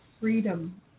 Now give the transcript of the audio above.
freedom